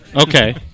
Okay